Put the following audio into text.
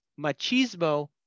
machismo